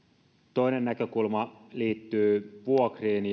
toinen näkökulma liittyy vuokriin